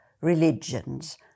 religions